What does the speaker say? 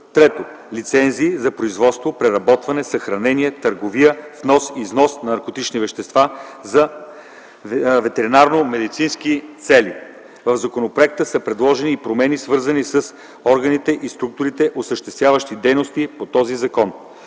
1; 3. лицензии за производство, преработване, съхранение, търговия, внос и износ на наркотични вещества за ветеринарномедицински цели. В законопроекта са предложени и промени, свързани с органите и структурите, осъществяващи дейности по този закон.